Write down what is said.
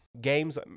games